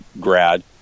grad